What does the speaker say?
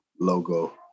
logo